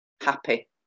happy